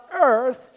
earth